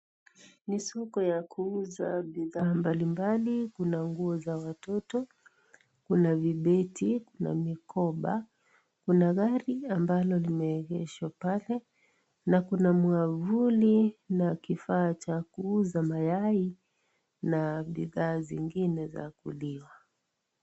Ni soko ya kuuza bidhaa mbalimbali kuna nguo za watoto, kuna vibeti, na mikoba. Kuna gari ambalo limeegeshwa pale na kuna mwavuli na kifaa cha kuuza mayai na bidhaa zingine za kuliwa.